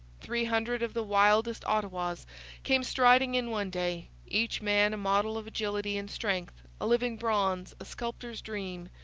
three hundred of the wildest ottawas came striding in one day, each man a model of agility and strength, a living bronze, a sculptor's dream,